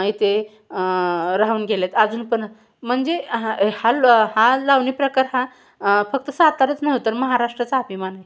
इथे राहून गेलेत अजून पण म्हणजे हा हा ला हा लावणी प्रकार हा फक्त सातारच नव्हे महाराष्ट्राचा अभिमान आहे